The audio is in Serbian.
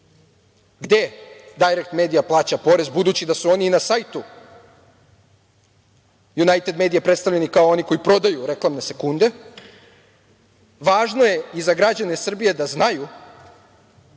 gde Dajrek medija plaća porez, budući da su oni i na sajtu Junajted medija predstavljeni kao oni koji prodaju reklamne sekunde? Važno je i za građane Srbije da znaju